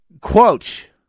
quote